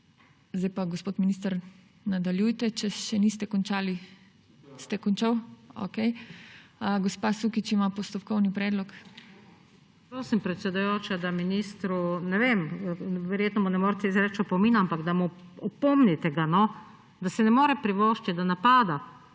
Sedaj pa, gospod minister, nadaljujte, če še niste končali. Ste končal? Okej. Gospa Sukič ima postopkovni predlog. **NATAŠA SUKIČ (PS Levica)**: Prosim predsedujoča, da ministru, ne vem verjetno mu ne morete izreči opomina, ampak da ga opomnite, da si ne more privoščiti, da napada